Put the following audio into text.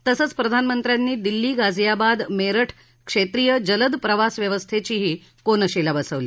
तसंच प्रधानमंत्र्यांनी दिल्ली गाजियाबाद मेरठ क्षेत्रीय जलद प्रवास व्यवस्थेची कोनशिला बसवली